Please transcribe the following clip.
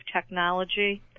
technology